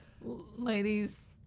ladies